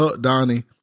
Donnie